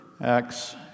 Acts